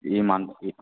ఈ మంత్